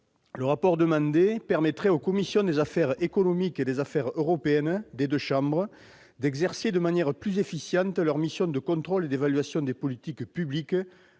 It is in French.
Le rapport demandé permettrait aux commissions des affaires économiques et des affaires européennes des deux chambres d'exercer de manière plus efficiente leurs missions de contrôle et d'évaluation des politiques publiques-